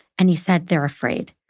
and he said, they're afraid.